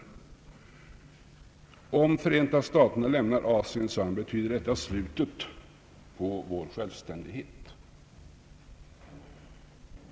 Om USA lämnar Asien, sade han, betyder det slutet på vår självständighet.